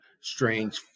strange